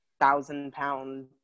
thousand-pound